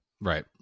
Right